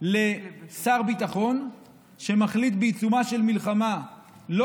לשר ביטחון שמחליט בעיצומה של מלחמה לא